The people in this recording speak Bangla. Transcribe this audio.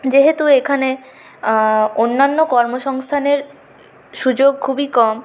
যেহেতু এখানে অন্যান্য কর্মসংস্থানের সুযোগ খুবই কম